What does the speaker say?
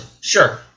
Sure